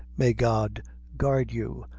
may god guard you,